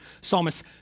psalmist